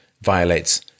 violates